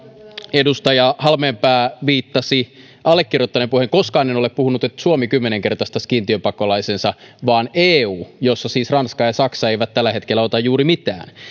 edustaja halmeenpää viittasi allekirjoittaneen puheisiin niin koskaan en en ole puhunut että suomi kymmenkertaistaisi kiintiöpakolaisensa vaan eu jossa siis ranska ja saksa eivät tällä hetkellä ota juuri mitään